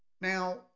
Now